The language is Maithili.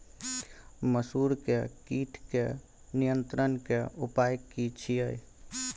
मसूर के कीट के नियंत्रण के उपाय की छिये?